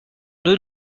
deux